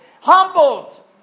humbled